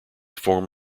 form